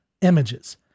images